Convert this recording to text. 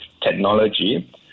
technology